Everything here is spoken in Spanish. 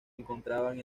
encontraban